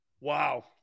Wow